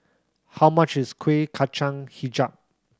how much is Kuih Kacang Hijau